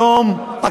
תודה רבה.